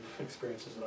experiences